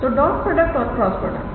तो dot product और यह क्रॉस प्रोडक्ट